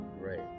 Right